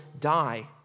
die